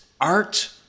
art